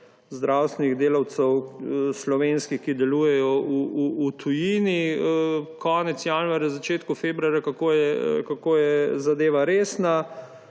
zdravstvenih delavcev, ki delujejo v tujini, konec januarja, začetka februarja, kako je zadeva resna,